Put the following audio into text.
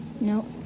No